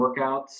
workouts